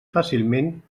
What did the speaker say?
fàcilment